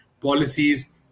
policies